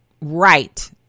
right